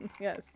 Yes